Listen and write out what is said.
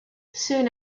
soon